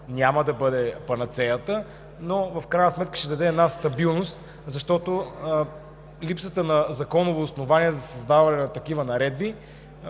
няма да бъде панацеята, но в крайна сметка ще даде стабилност, защото липсата на законово основание за създаване на такива наредби